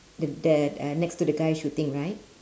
the the uh next to the guy shooting right